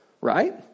Right